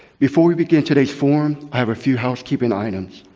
before we begin today's forum, i have a few housekeeping items.